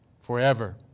forever